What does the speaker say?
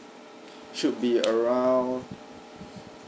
should be around